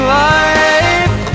life